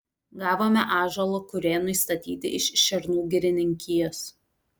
gavome ąžuolo kurėnui statyti iš šernų girininkijos